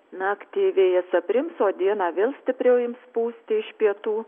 naktį vėjas aprims o dieną vėl stipriau ims pūsti iš pietų